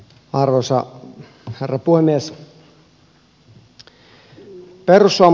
arvoisa herra puhemies